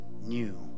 new